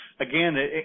again